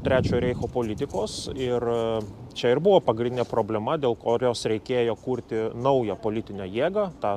trečiojo reicho politikos ir čia ir buvo pagrindinė problema dėl kurios reikėjo kurti naują politinę jėgą tą